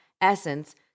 Essence